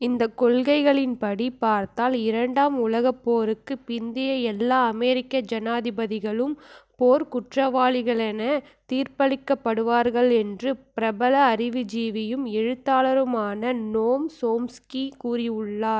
இந்தக் கொள்கைகளின்படி பார்த்தால் இரண்டாம் உலகப் போருக்குப் பிந்தைய எல்லா அமெரிக்க ஜனாதிபதிகளும் போர்க் குற்றவாளிகள் என தீர்ப்பளிக்கப்படுவார்கள் என்று பிரபல அறிவுஜீவியும் எழுத்தாளருமான நோம் சோம்ஸ்கி கூறியுள்ளார்